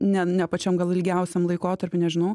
ne ne pačiam gal ilgiausiam laikotarpiui nežinau